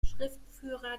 schriftführer